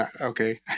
Okay